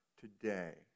today